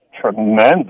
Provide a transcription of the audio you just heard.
tremendous